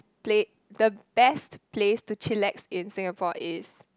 plate the best place to chillax in Singapore is